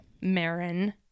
Marin